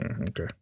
Okay